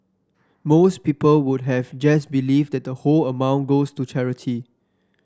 most people would have just believed that the whole amount goes to charity